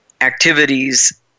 activities